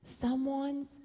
someone's